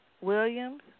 Williams